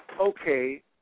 okay